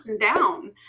down